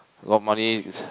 you got money is